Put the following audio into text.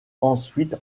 ensuite